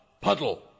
puddle